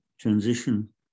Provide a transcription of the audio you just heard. transition